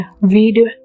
video